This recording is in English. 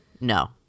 no